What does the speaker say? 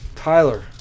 Tyler